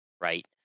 right